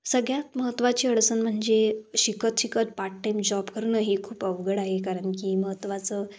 सगळ्यात महत्त्वाची अडचण म्हणजे शिकत शिकत पार्ट टाईम जॉब करणं हे खूप अवघड आहे कारण की महत्त्वाचं